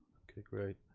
okay, great.